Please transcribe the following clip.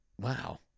wow